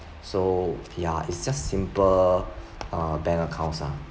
so ya it's just simple uh bank accounts lah